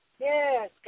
Yes